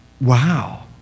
Wow